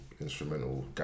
instrumental